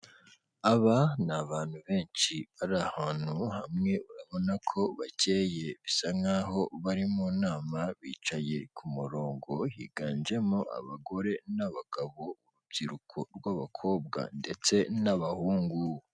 Aba ni abantu benshi bari ahantu hamwe urabona ko bakeye bisa nkaho bari mu nama bicaye ku murongo higanjemo abagore n'abagabo, urubyiruko rw'abakobwa ndetse n'abahungu.